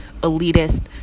elitist